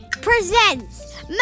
Presents